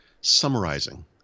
summarizing